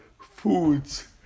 foods